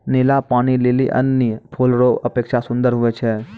नीला पानी लीली अन्य फूल रो अपेक्षा सुन्दर हुवै छै